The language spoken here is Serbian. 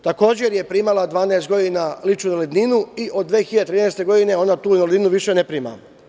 Takođe, je primala 12 godina ličnu invalidninu i od 2013. godine ona tu invalidninu više ne prima.